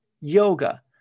yoga